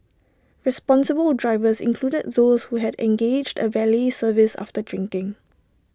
responsible drivers included those who had engaged A valet service after drinking